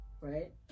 right